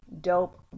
dope